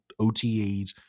OTAs